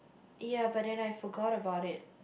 ya but then I forgot about it